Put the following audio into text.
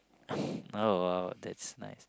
oh !wow! that's nice